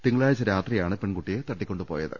തിങ്കളാഴ്ച രാത്രിയാണ് പെൺകുട്ടിയെ തട്ടിക്കൊണ്ടുപോയത്